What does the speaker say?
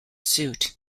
suit